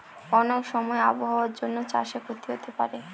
অনেক সময় আবহাওয়ার জন্য চাষে ক্ষতি হতে পারে